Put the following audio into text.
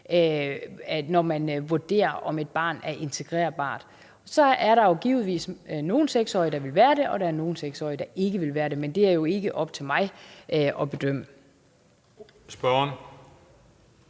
når man vurderer, om et barn er integrerbart, og så er der givetvis nogle 6-årige, der vil være det, og nogle 6-årige, der ikke vil være det, men det er det jo ikke op til mig at bedømme. Kl.